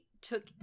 took